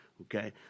Okay